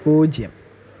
പൂജ്യം